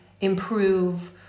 improve